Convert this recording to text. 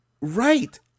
Right